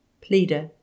Pleader